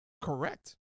Correct